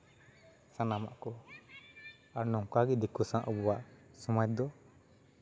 ᱥᱟᱱᱟᱢᱟᱜ ᱠᱚ ᱟᱨ ᱱᱚᱝᱠᱟᱜᱮ ᱫᱤᱠᱩ ᱥᱟᱶ ᱟᱵᱚᱣᱟᱜ ᱥᱚᱢᱟᱡᱽ ᱫᱚ